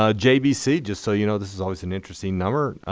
ah jbc, just so you know, this is always an interesting number.